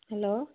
hello